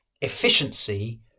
efficiency